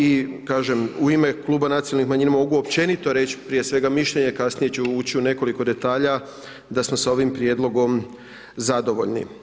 I kažem, u ime kluba nacionalnih manjina mogu općenito reći prije svega mišljenje, kasnije ću ući u nekoliko detalja da smo sa ovim prijedlogom zadovoljni.